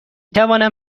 توانم